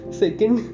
second